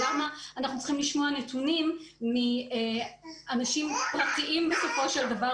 למה אנחנו צריכים לשמוע נתונים מאנשים פרטיים בסופו של דבר,